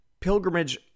pilgrimage